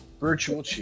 Virtual